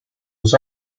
was